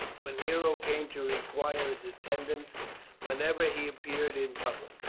for nero came to require his attendance whenever he appeared in public.